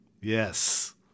Yes